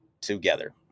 together